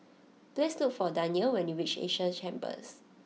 please look for Danyel when you reach Asia Chambers